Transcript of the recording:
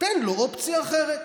תן לו אופציה אחרת.